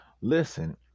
listen